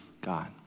God